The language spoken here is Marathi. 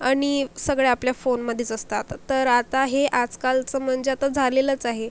आणि सगळे आपल्या फोनमधेच असतात तर आता हे आजकालचं म्हणजे आता झालेलंच आहे